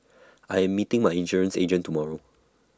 I am meeting my insurance agent tomorrow